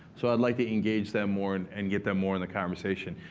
so i'd like to engage them more and and get them more in the conversation.